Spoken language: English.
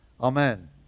amen